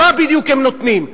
מה בדיוק הם נותנים?